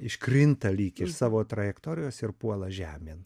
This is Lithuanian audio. iškrinta lyg iš savo trajektorijos ir puola žemėn